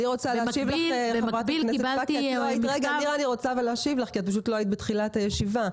אני רוצה להשיב לך כי את לא היית בתחילת הישיבה.